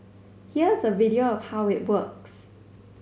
here's a video of how it works